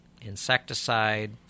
insecticide